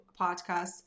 podcasts